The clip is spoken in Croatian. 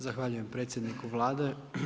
Zahvaljujem predsjedniku Vlade.